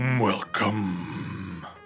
Welcome